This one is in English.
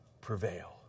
prevail